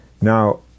Now